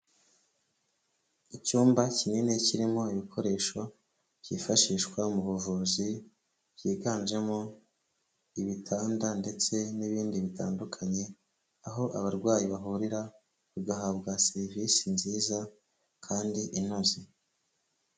Icyumba kinini kirimo ibikoresho byifashishwa mu buvuzi, byiganjemo ibitanda ndetse n'ibindi bitandukanye, aho abarwayi bahurira bagahabwa serivisi nziza kandi inoze.